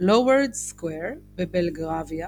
ב"Lowndes Square" בבלגרביה,